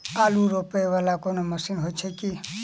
आलु रोपा वला कोनो मशीन हो छैय की?